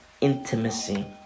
Intimacy